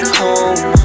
home